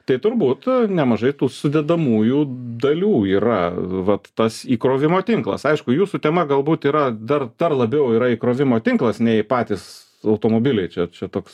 tai turbūt nemažai tų sudedamųjų dalių yra vat tas įkrovimo tinklas aišku jūsų tema galbūt yra dar labiau yra įkrovimo tinklas nei patys automobiliai čia čia toks